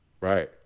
Right